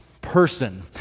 person